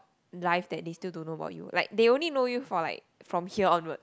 life that they still don't know about you like they only know you for like from here onwards